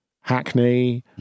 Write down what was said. Hackney